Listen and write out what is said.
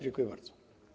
Dziękuję bardzo.